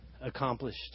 accomplished